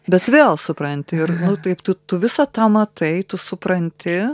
bet vėl supranti ir nu taip tu tu visą tą matai tu supranti